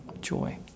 joy